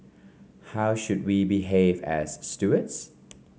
how should we behave as stewards